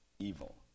Evil